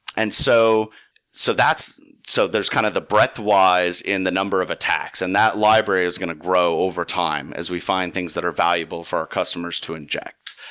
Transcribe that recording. and so so so there's kind of the breadthwise in the number of attacks, and that library is going to grow overtime as we find things that are valuable for our customers to inject.